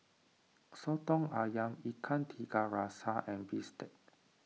Soto Ayam Ikan Tiga Rasa and Bistake